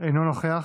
אינו נוכח.